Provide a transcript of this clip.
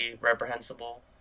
reprehensible